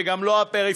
וגם לא הפריפריה,